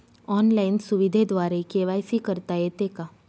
Online सुविधेद्वारे KYC करता येते का?